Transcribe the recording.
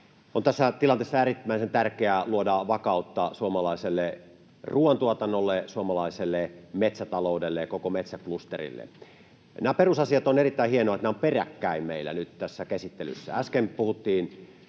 On tässä tilanteessa äärimmäisen tärkeää luoda vakautta suomalaiselle ruuantuotannolle, suomalaiselle metsätaloudelle ja koko metsäklusterille. On erittäin hienoa, että nämä perusasiat ovat peräkkäin meillä nyt tässä käsittelyssä. Äsken puhuttiin